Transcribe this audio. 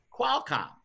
Qualcomm